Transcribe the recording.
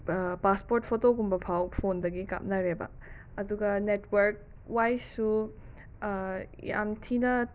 passport ꯐꯣꯇꯣꯒꯨꯝꯕ ꯐꯥꯎ ꯐꯣꯟꯗꯒꯤ ꯀꯥꯞꯅꯔꯦꯕ ꯑꯗꯨꯒ ꯅꯦꯠꯋꯥꯔꯛ ꯋꯥꯏꯁꯁꯨ ꯌꯥꯝ ꯊꯤꯅ